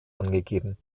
angegeben